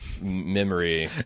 memory